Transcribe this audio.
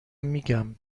میگم